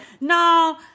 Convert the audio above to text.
No